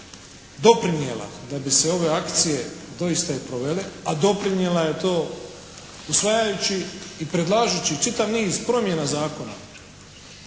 doprinijela da bi se ove akcije doista i provele, a doprinijela je to usvajajući i predlažući čitav niz promjena zakona